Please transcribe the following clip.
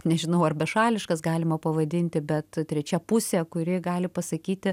nežinau ar bešališkas galima pavadinti bet trečia pusė kuri gali pasakyti